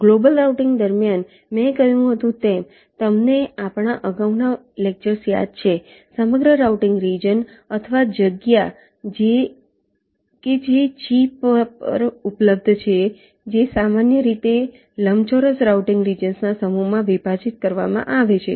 global routing દરમિયાન મેં કહ્યું તેમ તમને આપણાં અગાઉના લેક્ચર્સ યાદ છે સમગ્ર રાઉટીંગ રિજન અથવા જગ્યા કે જે ચિપ પર ઉપલબ્ધ છે જે સામાન્ય રીતે લંબચોરસ રાઉટીંગ રિજન્સ ના સમૂહમાં વિભાજિત કરવામાં આવે છે